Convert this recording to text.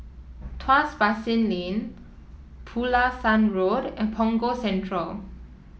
Tuas Basin Lane Pulasan Road and Punggol Central